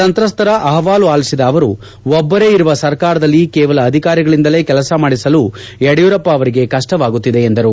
ಸಂತ್ರಸ್ಥರ ಅಪವಾಲು ಅಲಿಸಿದ ಅವರು ಒಬ್ಬರೇ ಇರುವ ಸರ್ಕಾರದಲ್ಲಿ ಕೇವಲ ಅಧಿಕಾರಿಗಳಿಂದಲೇ ಕೆಲಸ ಮಾಡಿಸಲು ಯಡಿಯೂರಪ್ಪ ಅವರಿಗೆ ಕಷ್ಟವಾಗುತ್ತಿದೆ ಎಂದರು